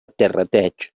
terrateig